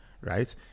right